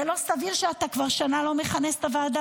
זה לא סביר שאתה כבר שנה לא מכנס את הוועדה